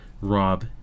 Rob